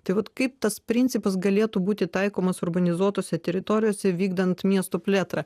tai vat kaip tas principas galėtų būti taikomas urbanizuotose teritorijose vykdant miesto plėtrą